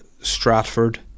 Stratford